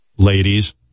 Ladies